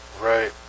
right